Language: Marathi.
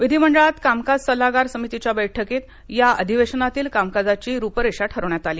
विधिमंडळात कामकाज सल्लागार समितीच्या बैठकीत या अधिवेशनातील कामकाजाची रूपरेखा ठरवण्यात आली